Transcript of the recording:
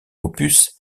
opus